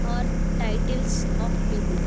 are titles of people